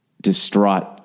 distraught